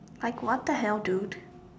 like what the hell dude